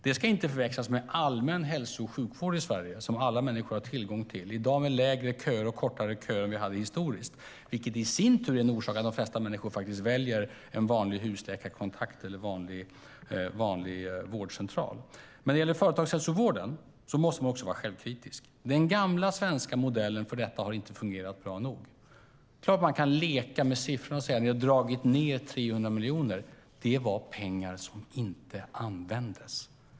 Det ska inte förväxlas med allmän hälso och sjukvård i Sverige som alla människor har tillgång till, i dag med kortare köer än vi haft historiskt, vilket beror på att de flesta människor väljer en vanlig husläkarkontakt eller vårdcentral. När det gäller företagshälsovården måste man vara självkritisk. Den gamla svenska modellen har inte fungerat bra nog. Det är klart att man kan leka med siffrorna och säga att vi nu har dragit ned stödet med 300 miljoner. Det var pengar som inte användes!